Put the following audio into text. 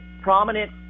prominent